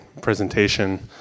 presentation